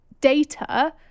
data